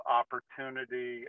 opportunity